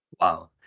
Wow